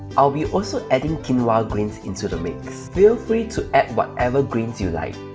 i'll be also adding quinoa grains into the mix. feel free to add whatever grains you like.